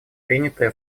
принятая